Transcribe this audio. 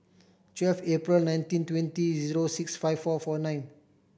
twelve April nineteen twenty zero six five four four nine